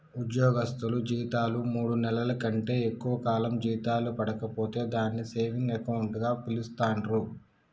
ఉద్యోగస్తులు జీతాలు మూడు నెలల కంటే ఎక్కువ కాలం జీతాలు పడక పోతే దాన్ని సేవింగ్ అకౌంట్ గా పిలుస్తాండ్రు